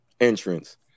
entrance